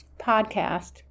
podcast